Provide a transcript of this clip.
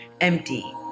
empty